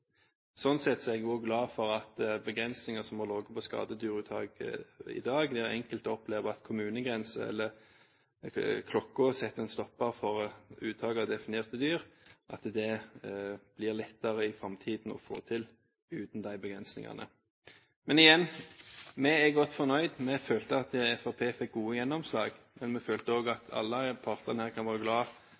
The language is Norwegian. begrensninger på skadedyruttak i dag, og enkelte opplever at kommunegrenser eller klokken setter en stopper for uttak av definerte dyr. Slik sett er jeg glad for at dette i framtiden blir lettere å få til uten de begrensningene. Men igjen: Vi er godt fornøyd. Vi følte at Fremskrittspartiet fikk godt gjennomslag. Men vi følte også at alle partene kan være glade